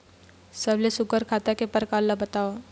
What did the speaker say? सबले सुघ्घर खाता के प्रकार ला बताव?